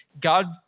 God